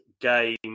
game